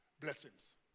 blessings